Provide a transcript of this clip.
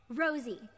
Rosie